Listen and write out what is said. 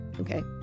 Okay